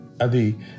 Adi